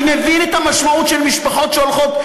אני מבין את המשמעות של משפחות שהולכות,